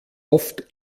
oft